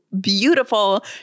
beautiful